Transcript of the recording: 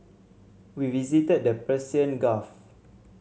we visited the Persian Gulf